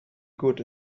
good